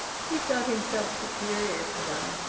he felt himself superior to them.